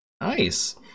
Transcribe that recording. Nice